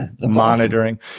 monitoring